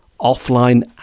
offline